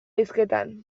hizketan